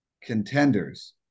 Contenders